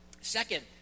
Second